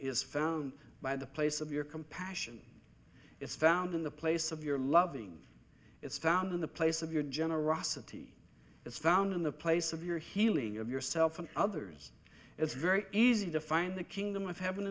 is found by the place of your compassion is found in the place of your loving it's found in the place of your generosity it's found in the place of your healing of yourself and others it's very easy to find the kingdom